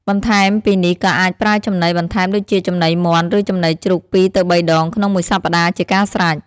បន្ថែមពីនេះក៏អាចប្រើចំណីបន្ថែមដូចជាចំណីមាន់ ឬ ចំណីជ្រូក២ទៅ៣ដងក្នុងមួយសប្ដាហ៍ជាការស្រេច។